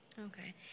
Okay